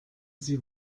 sie